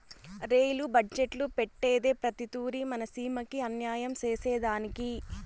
rail budget పెట్టేదే ప్రతి తూరి మన సీమకి అన్యాయం సేసెదానికి